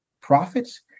Prophets